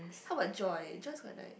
how about Joy Joy's quite nice